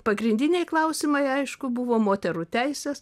pagrindiniai klausimai aišku buvo moterų teisės